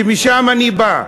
שמשם אני בא".